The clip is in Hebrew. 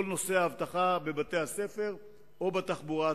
נושא האבטחה בבתי-הספר ובתחבורה הציבורית.